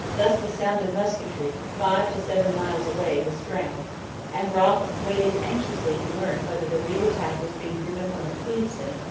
thus the sound of musketry, five to seven miles away, was drowned and brock waited anxiously to learn whether the real attack was being driven home at queenston,